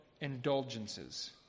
indulgences